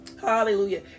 Hallelujah